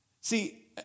See